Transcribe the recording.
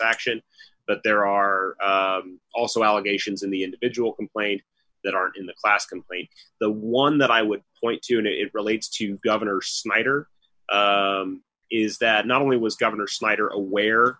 action but there are also allegations in the individual complaint that are in the class complaint the one that i would point to and it relates to governor snyder is that not only was governor snyder aware